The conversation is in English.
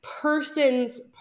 person's